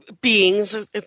beings